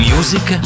Music